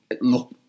Look